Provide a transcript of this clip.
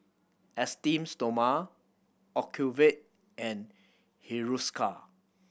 Esteem Stoma Ocuvite and Hiruscar